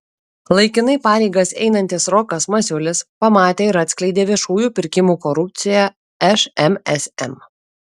laikinai pareigas einantis rokas masiulis pamatė ir atskleidė viešųjų pirkimų korupciją šmsm